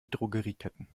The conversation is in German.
drogerieketten